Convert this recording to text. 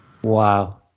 Wow